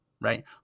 right